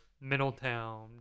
Middletown